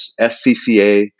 SCCA